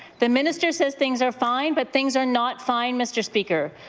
the minister says things are fine but things are not fine mr. speaker.